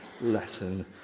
lesson